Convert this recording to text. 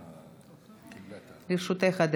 זה היה מרגש